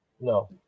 No